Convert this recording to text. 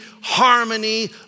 harmony